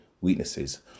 weaknesses